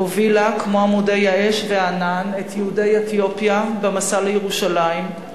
הובילה כמו עמודי האש והענן את יהודי אתיופיה במסע לירושלים,